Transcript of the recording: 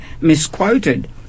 misquoted